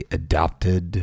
adopted